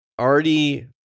already